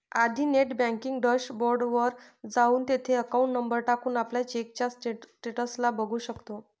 आधी net banking dashboard वर जाऊन, तिथे अकाउंट नंबर टाकून, आपल्या चेकच्या स्टेटस ला बघू शकतो